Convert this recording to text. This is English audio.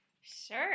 Sure